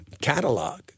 catalog